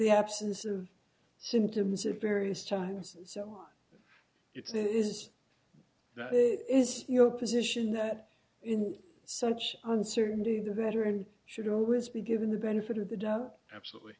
the absence of symptoms of various times so it is your position that in such uncertainty the better and should always be given the benefit of the doubt absolutely